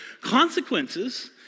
Consequences